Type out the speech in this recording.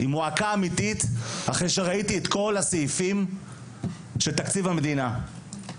-- אחרי שראיתי את כל הסעיפים של תקציב המדינה.